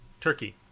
Turkey